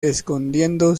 escondiendo